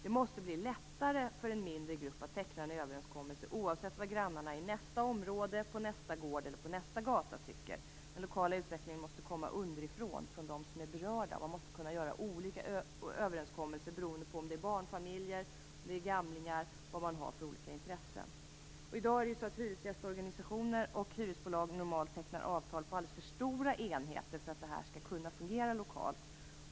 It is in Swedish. Det måste bli lättare för en mindre grupp att teckna en överenskommelse oavsett vad grannarna i nästa område, på nästa gård eller på nästa gata tycker. Den lokala utvecklingen måste komma underifrån från dem som är berörda. Man måste kunna göra olika överenskommelser beroende på om det är barnfamiljer eller gamla som bor där eller beroende på vad man har för olika intressen. I dag tecknar hyresgästorganisationer och hyresbolag normalt avtal på alldeles för stora enheter för att det här skall kunna fungera lokalt.